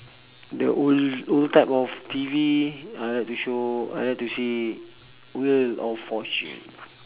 the old old type of T_V I like to show I like to see wheel of fortune